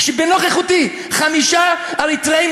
כשבנוכחותי חמישה אריתריאים,